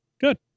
Good